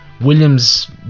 Williams